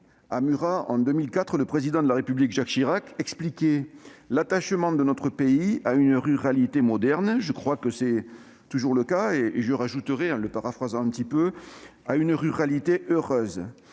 à Murat, en 2004, le président de la République Jacques Chirac évoquait « l'attachement de notre pays à une ruralité moderne ». Je pense que c'est toujours le cas- j'ajouterai, en le paraphrasant quelque peu, à une ruralité heureuse